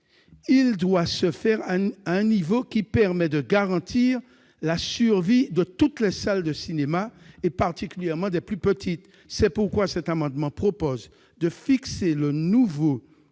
elle doit se faire à un niveau permettant de garantir la survie de toutes les salles de cinéma, particulièrement des plus petites. C'est pourquoi cet amendement vise à fixer le niveau définitif